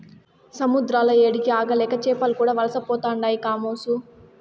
సముద్రాల ఏడికి ఆగలేక చేపలు కూడా వలసపోతుండాయి కామోసు